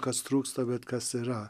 kas trūksta bet kas yra